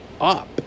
up